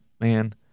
man